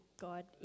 God